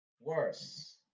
Worse